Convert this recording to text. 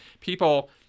People